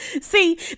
see